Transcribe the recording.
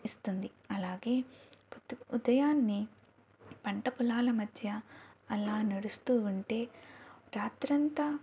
ఇస్తుంది అలాగే పొద్దు ఉదయాన్నే పంటపొలాల మధ్య అలా నడుస్తూ ఉంటే రాత్రంతా